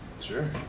Sure